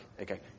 Okay